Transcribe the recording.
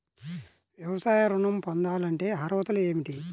వ్యవసాయ ఋణం పొందాలంటే అర్హతలు ఏమిటి?